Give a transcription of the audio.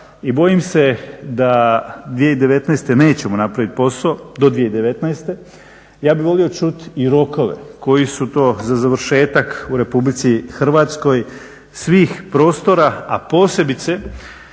i bojim se da do 2019. nećemo napravit posao. Ja bih volio čuti i rokove koji su to za završetak u Republici Hrvatskoj svih prostora, a posebice